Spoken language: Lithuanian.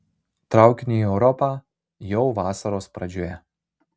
traukiniu į europą jau vasaros pradžioje